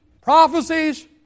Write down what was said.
prophecies